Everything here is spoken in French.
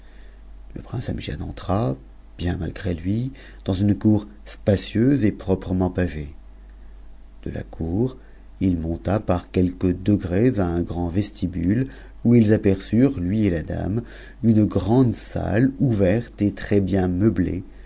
le prince amgiad entra bien mafgré lui dans une cour spacieuse et proprement pavée de la cour il monta par quelques degrés à un grand stfbufe où ils aperçurent lui et la dame une grande salle ouverte et cs bieu meublée